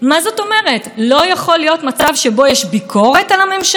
העניין הזה של משילות צריך להסתיר את עריצות הרוב?